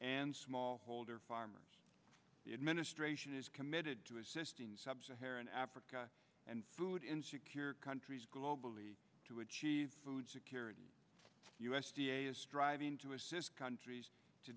and smallholder farmers the administration is committed to assist in sub saharan africa and food insecure countries globally to achieve food security u s d a is striving to assist countries to